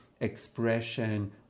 expression